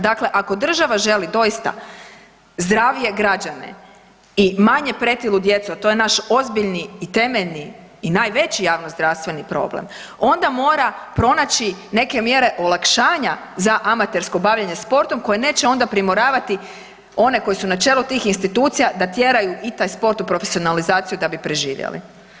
Dakle, ako država želi doista zdravije građane i manje pretilu djecu, a to je naš ozbiljni i temeljni i najveći javnozdravstveni problem onda mora pronaći neke mjere olakšanja za amatersko bavljenje sportom koje neće onda primoravati one koji su na čelu tih institucija da tjeraju i taj sport u profesionalizaciju da bi preživjeli.